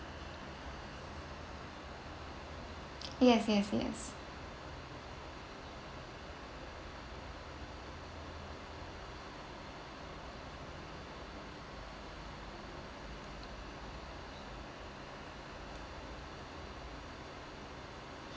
yes yes yes